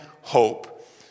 hope